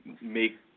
make